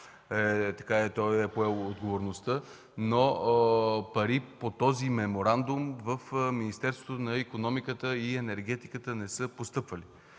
– той е поел отговорността, но пари по този меморандум в Министерството на икономиката и енергетиката не са постъпвали.